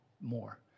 more